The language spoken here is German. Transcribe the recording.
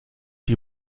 die